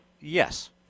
Yes